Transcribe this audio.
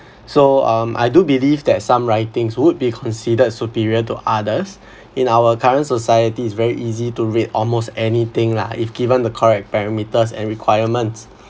so um I do believe that some writings would be considered superior to others in our current society is very easy to read almost anything lah if given the correct parameters and requirements